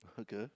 Okay